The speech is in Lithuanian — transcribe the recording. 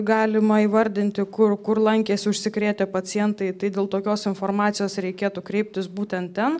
galima įvardinti kur kur lankėsi užsikrėtę pacientai tai dėl tokios informacijos reikėtų kreiptis būtent ten